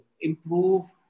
improve